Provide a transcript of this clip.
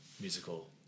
musical